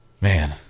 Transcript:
man